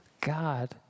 God